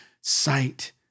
sight